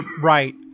Right